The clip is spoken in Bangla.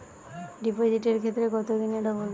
ডিপোজিটের ক্ষেত্রে কত দিনে ডবল?